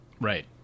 Right